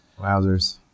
Wowzers